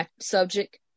subject